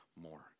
more